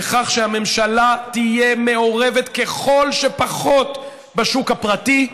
בכך שהממשלה תהיה מעורבת ככל שפחות בשוק הפרטי.